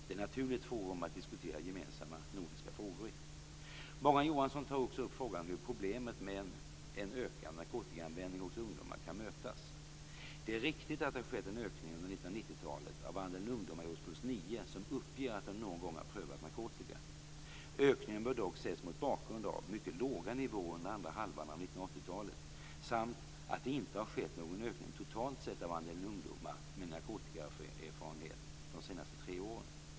Det är ett naturligt forum att diskutera gemensamma nordiska frågor i. Morgan Johansson tar också upp frågan hur problemet med en ökande narkotikaanvändning hos ungdomar kan mötas. Det är riktigt att det har skett en ökning under 1990-talet av andelen ungdomar i årskurs 9 som uppger att de någon gång har prövat narkotika. Ökningen bör dock ses mot bakgrund av mycket låga nivåer under andra halvan av 1980-talet samt att det inte har skett någon ökning totalt sett av andelen ungdomar med narkotikaerfarenhet de senaste tre åren.